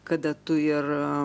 kada tu ir